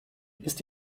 ist